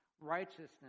righteousness